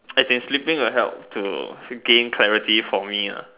as in sleeping will help to freaking clarities for me ah